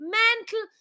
mental